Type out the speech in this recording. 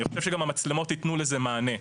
אני חושב שגם המצלמות יתנו לזה מענה,